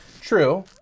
True